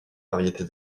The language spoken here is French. variétés